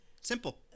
simple